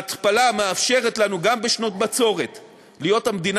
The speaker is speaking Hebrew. ההתפלה מאפשרת לנו גם בשנות בצורת להיות המדינה